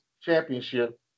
Championship